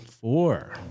Four